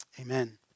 Amen